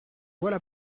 voilà